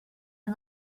are